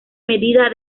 medida